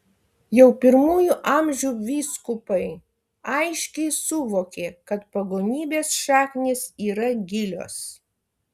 jau pirmųjų amžių vyskupai aiškiai suvokė kad pagonybės šaknys yra gilios